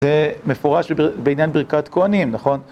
זה מפורש בעניין בריקות כהנים, נכון?